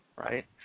Right